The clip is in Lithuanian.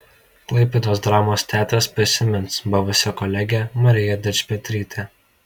klaipėdos dramos teatras prisimins buvusią kolegę mariją dičpetrytę